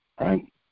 right